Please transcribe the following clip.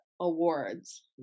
awards